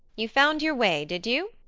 you found your way, did you?